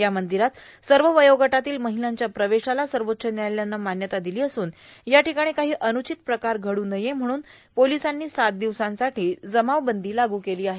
या मीदरात सव वयोगटातल्या मीहलांच्या प्रवेशाला सर्वाच्च न्यायालयानं मान्यता दिलो असून यार्ाठकाणी काहो अर्न्राचत प्रकार घडू नये म्हणून पोर्लसांनी सात र्दिवसांसाठो जमावबंदो लागू केलो आहे